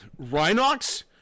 Rhinox